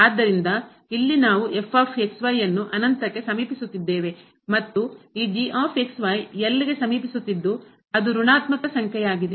ಆದ್ದರಿಂದ ಇಲ್ಲಿ ನಾವು ಅನ್ನು ಅನಂತಕ್ಕೆ ಸಮೀಪಿಸುತ್ತಿದ್ದೇವೆ ಮತ್ತು ಈ ಗೆ ಸಮೀಪಿಸುತ್ತಿದ್ದು ಅದು ಋಣಾತ್ಮಕ ಸಂಖ್ಯೆಯಾಗಿದೆ